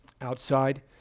outside